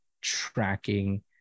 tracking